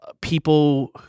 people